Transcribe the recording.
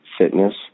fitness